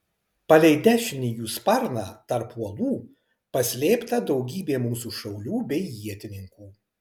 palei dešinį jų sparną tarp uolų paslėpta daugybė mūsų šaulių bei ietininkų